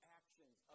actions